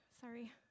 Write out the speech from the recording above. Sorry